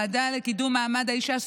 הוועדה לקידום מעמד האישה,